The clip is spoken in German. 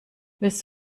willst